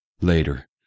Later